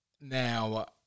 Now